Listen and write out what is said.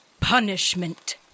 punishment